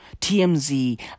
TMZ